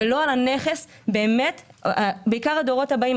ולא על הנכס החשוב ביותר בעיקר לדורות הבאים.